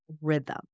rhythm